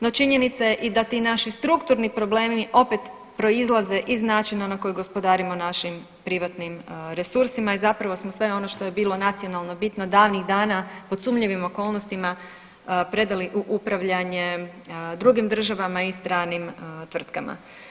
No činjenica je i da ti naši strukturni problemi opet proizlaze iz načina na koji gospodarimo našim privatnim resursima i zapravo smo sve ono što je bilo nacionalno bitno davnih dana pod sumnjivim okolnostima predali u upravljanje drugim državama i stranim tvrtkama.